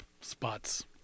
spots